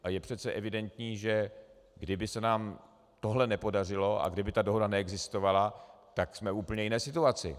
A je přece evidentní, že kdyby se nám tohle nepodařilo a kdyby ta dohoda neexistovala, tak jsme v úplně jiné situaci.